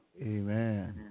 Amen